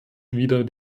wieder